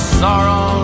sorrow